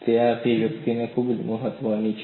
તેથી આ અભિવ્યક્તિ ખૂબ મહત્વની છે